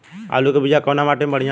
आलू के बिया कवना माटी मे बढ़ियां होला?